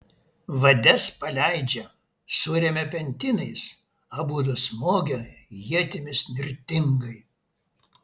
vades paleidžia suremia pentinais abudu smogia ietimis nirtingai